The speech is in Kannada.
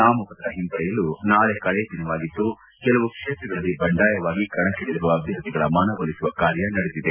ನಾಮಪತ್ರ ಹಿಂಪಡೆಯಲು ನಾಳೆ ಕಡೆಯ ದಿನವಾಗಿದ್ದು ಕೆಲವು ಕ್ಷೇತ್ರಗಳಲ್ಲಿ ಬಂಡಾಯವಾಗಿ ಕಣಕ್ಕಿಳಿದಿರುವ ಅಭ್ಯರ್ಥಿಗಳ ಮನವೊಲಿಸುವ ಕಾರ್ಯ ನಡೆದಿದೆ